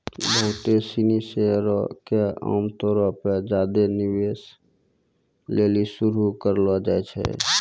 बहुते सिनी शेयरो के आमतौरो पे ज्यादे निवेश लेली शुरू करलो जाय छै